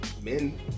men